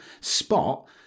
spot